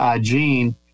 gene